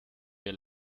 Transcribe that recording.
wir